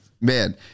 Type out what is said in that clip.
man